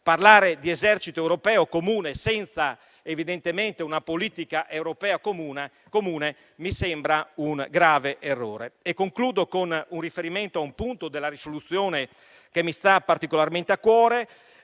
Parlare di esercito europeo comune senza evidentemente una politica europea comune mi sembra un grave errore. Concludo con un riferimento a un punto della proposta di risoluzione che mi sta particolarmente a cuore.